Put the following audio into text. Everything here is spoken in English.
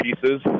pieces